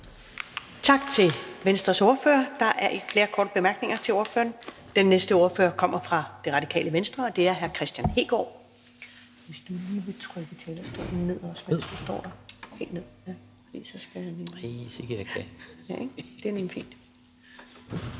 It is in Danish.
Tak til Venstres ordfører. Der er ikke nogen korte bemærkninger til ordføreren. Den næste ordfører kommer fra Det Radikale Venstre, og det er hr. Kristian Hegaard.